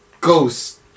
Ghost